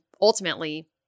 ultimately